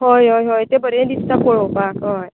हय हय तें बरें दिसता पळोवपाक हय